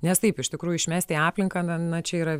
nes taip iš tikrųjų išmest į aplinką na na čia yra